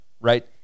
right